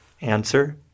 Answer